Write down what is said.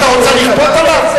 אתה רוצה לכפות עליו?